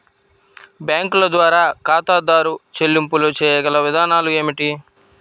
బ్యాంకుల ద్వారా ఖాతాదారు చెల్లింపులు చేయగల విధానాలు ఏమిటి?